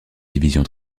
division